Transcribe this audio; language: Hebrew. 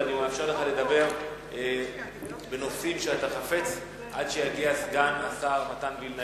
ואני מאפשר לך לדבר בנושאים שאתה חפץ עד שיגיע סגן השר מתן וילנאי.